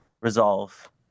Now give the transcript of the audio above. resolve